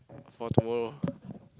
for tomorrow